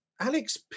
Alex